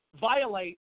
violate